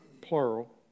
plural